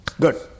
Good